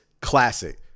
classic